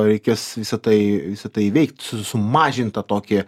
reikės visa tai visa tai įveikt su sumažint tą tokį